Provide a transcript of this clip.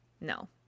No